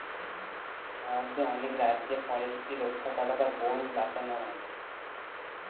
ভারতের অনেক রাজ্যে ফরেস্ট্রি রক্ষা করা বা বোন বাঁচানো হয়